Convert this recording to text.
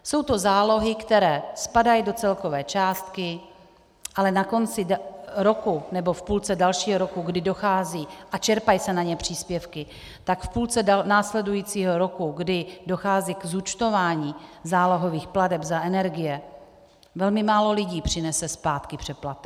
Jsou to zálohy, které spadají do celkové částky, ale na konci roku nebo v půlce dalšího roku, kdy dochází, a čerpají se na ně příspěvky, tak v půlce následujícího roku, kdy dochází k zúčtování zálohových plateb za energie, velmi málo lidí přinese zpátky přeplatek.